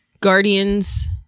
Guardians